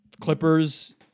clippers